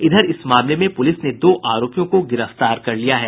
इधर इस मामले में पुलिस ने दो अपराधिायें को गिरफ्तार कर लिया है